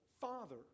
father